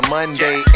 Monday